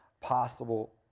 possible